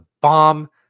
bomb